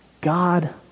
God